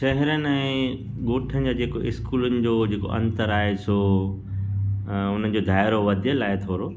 शहरनि ऐं ॻोठनि जा जेको स्कूलनि जो जेको अंतरु आहे सो उनजो दायरो वधियल आहे थोरो